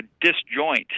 disjoint